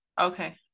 okay